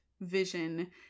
vision